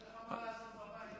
אין לך מה לעשות בבית,